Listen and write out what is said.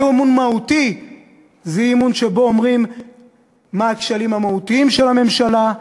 ואי-אמון מהותי זה אי-אמון שבו אומרים מה הכשלים המהותיים של הממשלה,